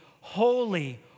holy